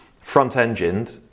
Front-engined